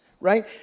Right